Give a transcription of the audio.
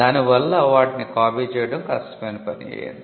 దాని వల్ల వాటిని కాపీ చేయడం కష్టమైన పని అయింది